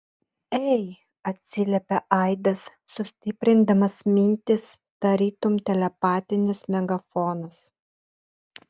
ei atsiliepė aidas sustiprindamas mintis tarytum telepatinis megafonas